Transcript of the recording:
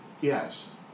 Yes